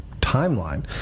timeline